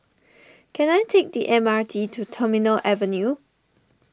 can I take the M R T to Terminal Avenue